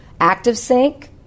ActiveSync